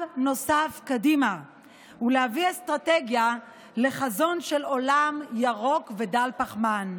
נוסף קדימה ולהביא אסטרטגיה לחזון של עולם ירוק ודל פחמן.